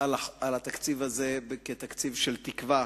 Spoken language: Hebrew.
על התקציב הזה כתקציב של תקווה,